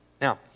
Now